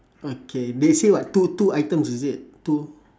okay they say what two two items is it two